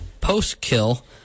post-kill